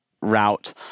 route